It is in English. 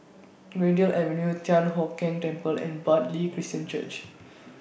Greendale Avenue Thian Hock Keng Temple and Bartley Christian Church